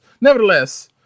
Nevertheless